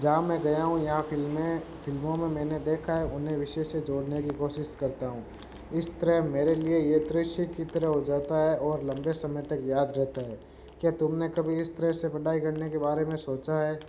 जहाँ मैं गया हूँ या फिल्में फिल्मों में मैंने देखा है और उन्हें विषय से जोड़ने की कोशिश करता हूँ इस तरह मेरे लिए यह दृश्य की तरह हो जाता है और लंबे समय तक याद रहता है क्या तुमने कभी इस तरह से पढ़ाई करने के बारे में सोचा है